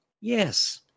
Yes